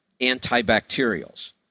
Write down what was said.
antibacterials